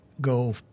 go